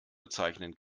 bezeichnen